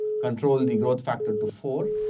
control the growth factor to four.